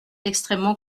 extrêmement